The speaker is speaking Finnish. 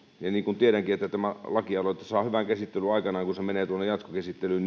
ja niin kuin tiedänkin että tämä lakialoite saa hyvän käsittelyn aikanaan kun se menee tuonne jatkokäsittelyyn